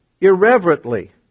irreverently